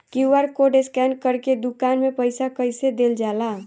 QR code scan करके दुकान में पईसा कइसे देल जाला?